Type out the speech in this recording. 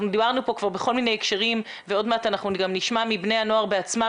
דיברנו כאן בכל מיני הקשרים ועוד מעט גם נשמע מבני הנוער בעצמם